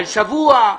על שבוע?